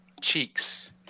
Cheeks